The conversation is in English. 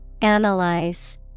Analyze